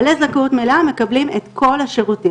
בעלי זכאות מלאה מקבלים את כל השירותים.